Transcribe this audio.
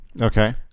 Okay